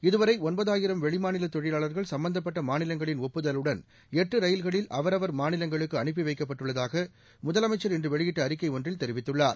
இதுவரை ஒன்பதாயிரம் வெளி மாநில தொழிலாளர்கள் சம்பந்தப்பட்ட மாநிலங்களின் ஒப்புதலுடன் எட்டு ரயில்களில் அவரவர் மாநிலங்களுக்கு அனுப்பி வைக்கப்பட்டுள்ளதாக முதலமைச்ச் இன்று வெளியிட்ட அறிக்கை ஒன்றில் தெரிவித்துள்ளார்